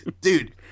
Dude